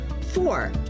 Four